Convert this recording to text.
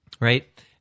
Right